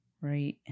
right